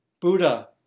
Buddha